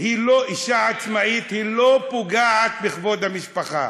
היא לא פוגעת בכבוד המשפחה.